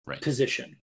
position